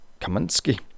Kaminsky